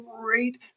great